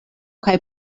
kaj